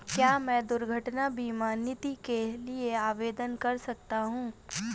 क्या मैं दुर्घटना बीमा नीति के लिए आवेदन कर सकता हूँ?